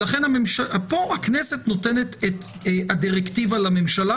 פה הכנסת נותנת את הדירקטיבה לממשלה